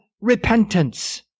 repentance